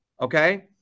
okay